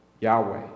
Yahweh